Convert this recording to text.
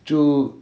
就